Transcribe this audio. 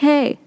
Hey